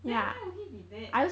then why will he be there